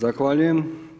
Zahvaljujem.